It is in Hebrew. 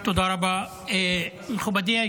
למשפחות,